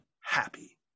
happy